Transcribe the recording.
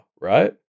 right